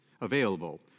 available